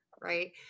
Right